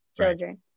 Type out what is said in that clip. children